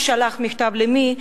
ומי שלח מכתב למי,